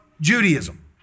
Judaism